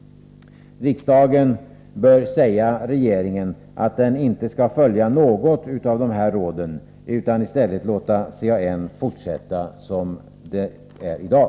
Riksdagen bör säga regeringen att den inte skall följa något av dessa råd utan i stället låta CAN få fortsätta verksamheten som den är i dag.